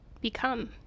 become